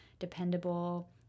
dependable